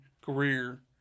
career